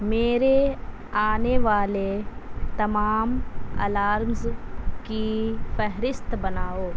میرے آنے والے تمام الارمز کی فہرست بناؤ